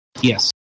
yes